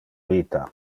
vita